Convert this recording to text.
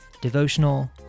devotional